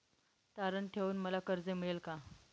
तारण ठेवून मला कर्ज मिळेल का?